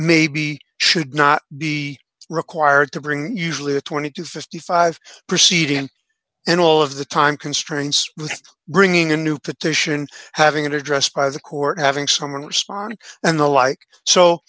maybe should not be required to bring usually a twenty to fifty five proceeding and all of the time constraints of bringing a new petition having an address by the court having someone respond and the like so